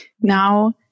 Now